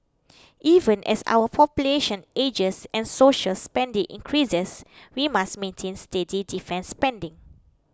even as our population ages and social spending increases we must maintain steady defence spending